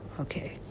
Okay